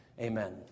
amen